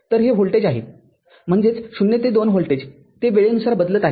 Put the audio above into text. तर हे व्होल्टेज आहे म्हणजेच० ते २ व्होल्टेजते वेळेनुसार बदलत आहे